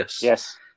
Yes